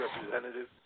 representative